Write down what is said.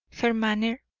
her manner,